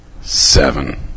Seven